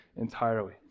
entirely